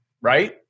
right